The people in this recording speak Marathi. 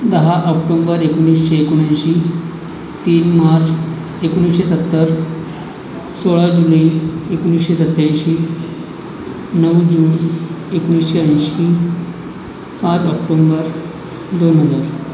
दहा ऑक्टोंबर एकोणीसशे एकोणऐंशी तीन मार्च एकोणीसशे सत्तर सोळा जुलै एकोणीसशे सत्त्याऐंशी नऊ जून एकोणीसशे ऐंशी पाच ऑक्टोंबर दोन हजार